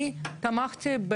אני תמכתי,